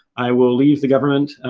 i will leave the government,